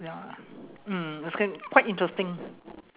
ya mm it's qui~ quite interesting